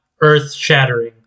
earth-shattering